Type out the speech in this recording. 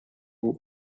who